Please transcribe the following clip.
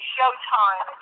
Showtime